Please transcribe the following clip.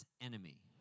enemy